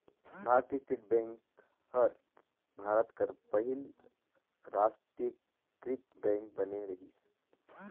भारतीय state bank हर भारत कर पहिल रास्टीयकृत बेंक बने रहिस